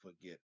forget